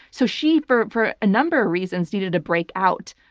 so she, for for a number of reasons, needed to break out.